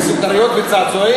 מה זה, סוכריות וצעצועים?